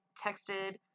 texted